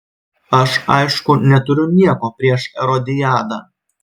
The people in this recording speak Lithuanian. aš aišku neturiu nieko prieš erodiadą